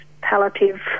palliative